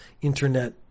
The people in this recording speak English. internet